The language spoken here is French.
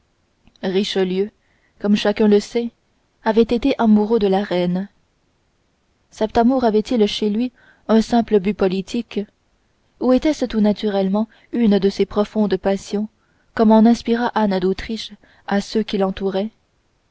richelieu comme chacun sait avait été amoureux de la reine cet amour avait-il chez lui un simple but politique ou était-ce tout naturellement une de ces profondes passions comme en inspira anne d'autriche à ceux qui l'entouraient